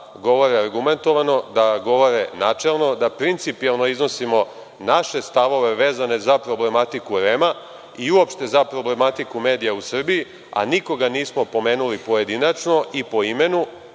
govore argumentovano, da govore načelno, da principijelno iznosimo naše stavove vezane za problematiku REM-a i uopšte za problematiku medija u Srbiji, a nikoga nismo pomenuli pojedinačno i po imenu,